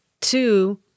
two